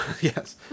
Yes